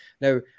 Now